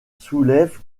soulève